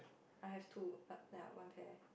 I have two err ya one pair